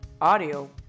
audio